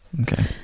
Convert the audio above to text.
okay